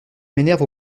m’énerve